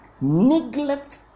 neglect